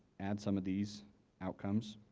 add some of these outcomes.